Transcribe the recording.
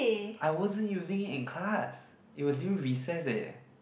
I wasn't using it in class it was during recess leh